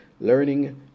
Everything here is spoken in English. learning